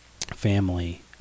family